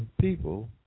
people